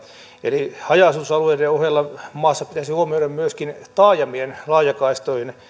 eli haja asutusalueiden ohella maassa pitäisi huomioida myöskin taajamien laajakaistojen